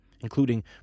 including